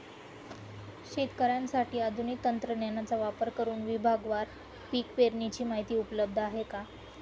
शेतकऱ्यांसाठी आधुनिक तंत्रज्ञानाचा वापर करुन विभागवार पीक पेरणीची माहिती उपलब्ध आहे का?